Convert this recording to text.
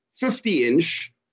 50-inch